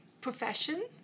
profession